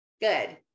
Good